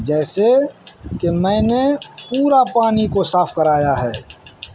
جیسے کہ میں نے پورا پانی کو صاف کرایا ہے